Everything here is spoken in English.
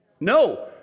No